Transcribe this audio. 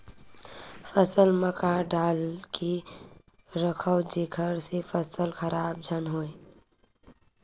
फसल म का डाल के रखव जेखर से फसल खराब झन हो?